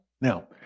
Now